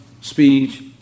speech